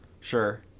Sure